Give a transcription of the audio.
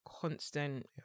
constant